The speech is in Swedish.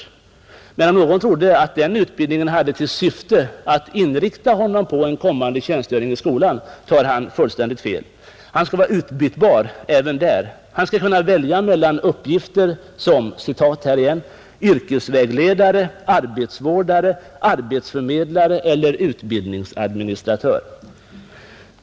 Men om någon trodde att denna utbildning har till syfte att inrikta syo-specialisten för en kommande tjänstgöring i skolan, tror han fullständigt fel. Syospecialisten skall vara utbytbar även där. Han skall kunna välja mellan uppgifter som ”yrkesvägledare, arbetsvårdare, arbetsförmedlare eller utbildningsadministratör”.